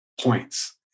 points